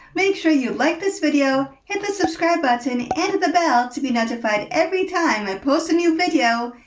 make sure you like this video, hit the subscribe button and the bell to be notified every time i post a new video,